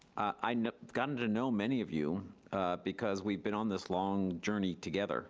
i've gotten to know many of you because we've been on this long journey together